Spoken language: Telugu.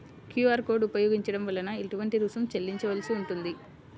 క్యూ.అర్ కోడ్ ఉపయోగించటం వలన ఏటువంటి రుసుం చెల్లించవలసి ఉంటుంది?